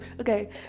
okay